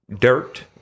dirt